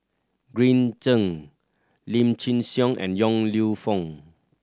Green Zeng Lim Chin Siong and Yong Lew Foong